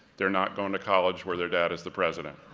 they're not going to college where their dad is the president.